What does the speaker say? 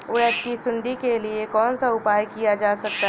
उड़द की सुंडी के लिए कौन सा उपाय किया जा सकता है?